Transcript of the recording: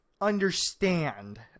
understand